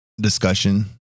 discussion